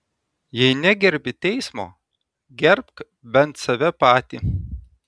jei negerbi teismo gerbk bent save patį